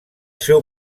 seu